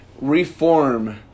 reform